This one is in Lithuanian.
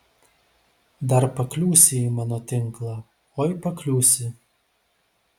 dar pakliūsi į mano tinklą oi pakliūsi